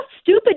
stupid